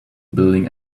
building